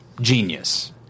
genius